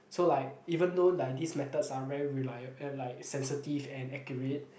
so like even though like this methods are very reliable and like sensitive and accurate